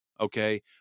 Okay